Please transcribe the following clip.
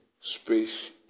space